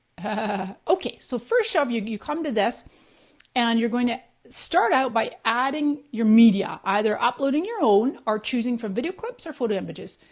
okay, so first um you you come to this and you're going to start out by adding your media, either uploading your own or choosing from video clips or photo images.